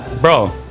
Bro